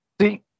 See